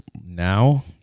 now